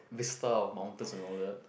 whistle mountains and all that